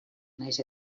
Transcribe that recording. nahiz